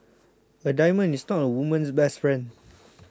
a diamond is not a woman's best friend